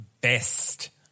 best